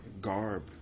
garb